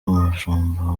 umushumba